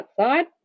outside